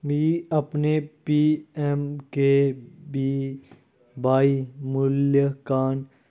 मिगी अपने P M K V Y मूल्यांकान